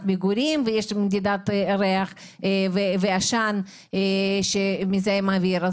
מגורים ויש מדידת ריח ועשן שמזהם את האוויר.